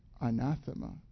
anathema